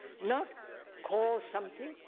not cause something,